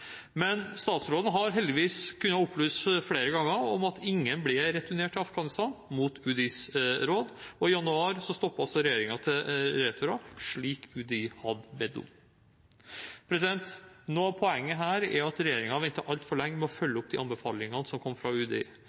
Men statsråden har heldigvis kunnet opplyse flere ganger om at ingen ble returnert til Afghanistan mot UDIs råd, og i januar stoppet regjeringen returer, slik UDI hadde bedt om. Noe av poenget her er at regjeringen ventet altfor lenge med å følge opp de anbefalingene som kom fra UDI,